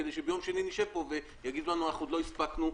כדי שביום שני נשב פה ויגידו לנו שעוד לא הספיקו,